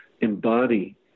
embody